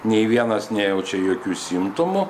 nei vienas nejaučia jokių simptomų